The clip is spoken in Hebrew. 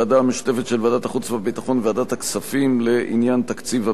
ועדת החוץ והביטחון וועדת הכספים לעניין תקציב הביטחון,